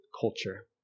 culture